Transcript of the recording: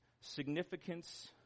significance